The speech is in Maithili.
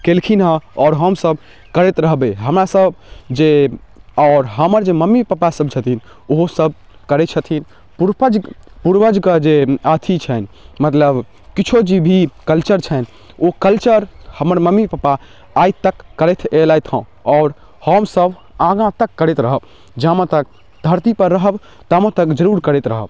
केलखिन हँ आओर हमसब करैत रहबै हमरा सब जे आओर हमर जे मम्मी पापा सब छथिन ओहो सब करै छथिन पुर्वज पूर्वजके जे अथी छनि मतलब किछो जे भी कल्चर छनि ओ कल्चर हमर मम्मी पापा आइ तक करैत अयलथि हँ आओर हमसब आगाँ तक करैत रहब जामे तक धरतीपर रहब तामे तक जरूर करैत रहब